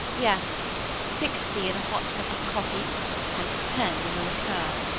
yes sixty in a hot cup of coffee and ten in the liqueur.